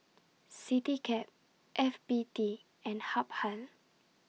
Citycab F B T and Habhal